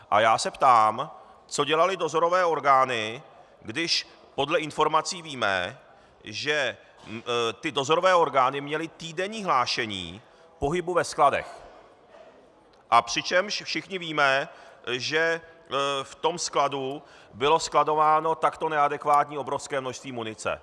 A já se ptám, co dělaly dozorové orgány, když podle informací víme, že ty dozorové orgány měly týdenní hlášení o pohybu ve skladech, přičemž všichni víme, že v tom skladu bylo skladováno takto neadekvátně obrovské množství munice.